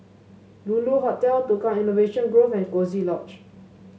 Lulu Hotel Tukang Innovation Grove and Coziee Lodge